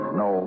no